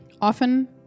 often